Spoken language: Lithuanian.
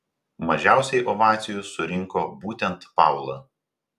mažiausiai ovacijų surinko būtent paula